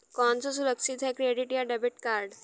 कौन सा सुरक्षित है क्रेडिट या डेबिट कार्ड?